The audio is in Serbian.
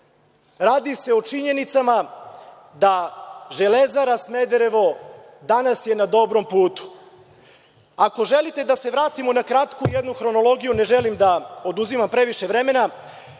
Radi se o činjenicama da „Železara Smederevo“ danas je na dobrom putu. Ako želite da se vratimo na kratku jednu hronologiju, ne želim da oduzimam previše vremena.